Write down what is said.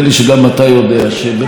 ופחות או יותר אמרת שני דברים.